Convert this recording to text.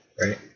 right